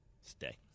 Stay